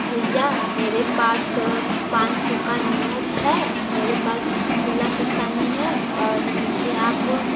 भैया मेरे पास पाँच सौ का नोट है मेरे पास खुला पैसा नहीं है और मुझे आप